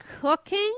cooking